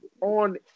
on